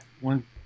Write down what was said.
one